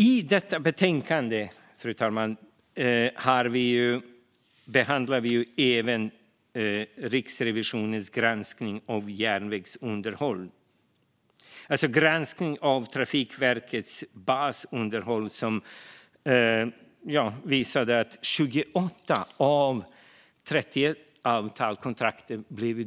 I detta betänkande behandlar vi även Riksrevisionens granskning av järnvägsunderhållet. Granskningen av Trafikverkets basunderhåll visade att 28 av 31 kontrakt blev